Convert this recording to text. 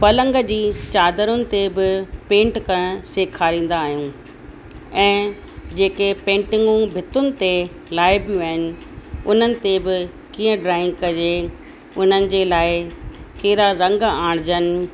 पलंग जी चादरुनि ते बि पेंट करण सेखारींदा आहियूं ऐं जेके पेटिंगूं भितुनि ते लाइ ॿियूं आहिनि उन्हनि ते बि कीअं ड्रॉइंग कजे उननि जे लाइ कहिड़ा रंग आणिजनि